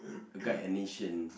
to guide a nation